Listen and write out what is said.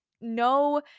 no